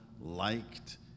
liked